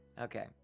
Okay